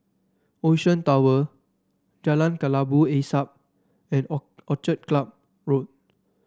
Ocean Tower Jalan Kelabu Asap and Orchid Club Road